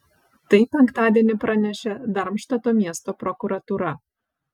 tai penktadienį pranešė darmštato miesto prokuratūra